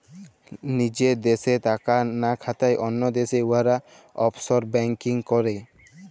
লিজের দ্যাশে টাকা লা খাটায় অল্য দ্যাশে উয়ারা অফশর ব্যাংকিং ক্যরে